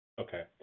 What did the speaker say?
Okay